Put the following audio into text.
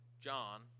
John